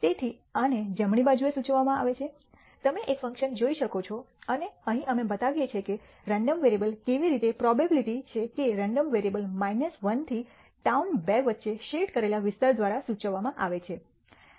તેથી આને જમણી બાજુએ સૂચવવામાં આવે છે તમે એક ફંકશન જોઈ શકો છો અને અહીં અમે બતાવીએ છીએ કે રેન્ડમ વેરિયેબલ કેવી રીતે પ્રોબેબીલીટી છે કે રેન્ડમ વેરિયેબલ 1 થી ટાઉન 2 વચ્ચે શેડ કરેલા વિસ્તાર દ્વારા સૂચવવામાં આવે છે